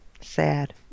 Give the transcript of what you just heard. sad